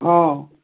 हँ